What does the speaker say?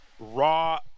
raw